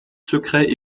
secrets